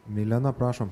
milena prašom